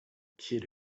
kid